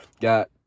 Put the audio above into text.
Got